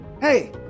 Hey